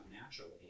naturally